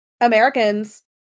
Americans